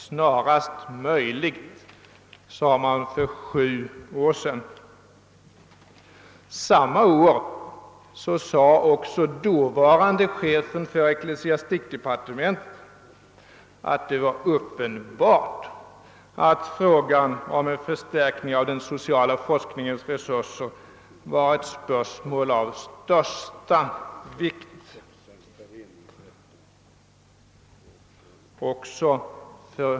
Samma år sade också dåvarande chefen för ecklesiastikdepartementet att det var uppenbart att frågan om en förstärkning av den sociala forskningens resurser var ett spörsmål av största vikt.